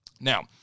Now